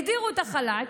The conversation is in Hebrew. הגדירו את החל"ת.